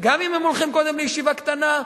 וגם אם הם הולכים קודם לישיבה קטנה,